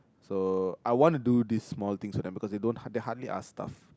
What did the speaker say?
so I want to do this small things for them because they don't they hardly are stuff